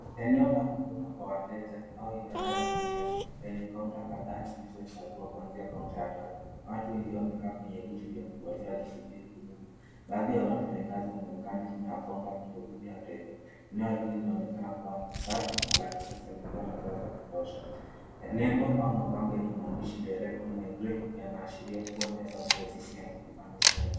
Eneo la huduma kwa wateja au idhara ya uhamiaji lenye kaunta kadhaa zilizohesabiwa kuanzia kaunta ya tatu. Watu wengi wamekaa kwenye viti vya kungojea wakisubiri huduma. Baadhi ya wafanyakazi wanaonekana nyuma ya kaunta wakiwahudumia wateja. Eneo hili linaonekana kuwa safi na la kisasa likiwa na zao za kutosha. Lebo au mabango yenye maandishi, Direct Immigrate, yanaashiria kuwa inaweza kuwa ofisi ya uhamishaji.